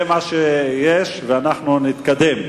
זה מה שיש, ואנחנו נתקדם.